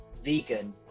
Vegan